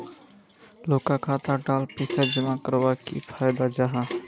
लोगोक खाता डात पैसा जमा कवर की फायदा जाहा?